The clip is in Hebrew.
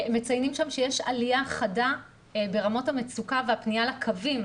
מציינים שם שיש עליה חדה ברמות המצוקה והפניה לקווים,